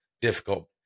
difficult